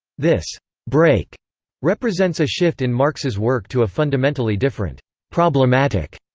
this break represents a shift in marx's work to a fundamentally different problematic,